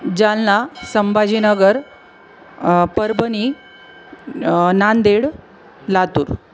Jalna Sambhajinagar Parbhani Nanded Latur